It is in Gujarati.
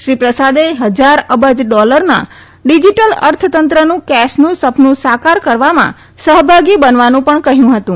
શ્રી પ્રસાદે હજાર અબજ ડોલરના ડીજીટલ અર્થતંત્રનું કેશનું સપનું સાકાર કરવામાં સહભાગી બનવાનું પણ કહ્યું હતું